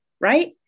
Right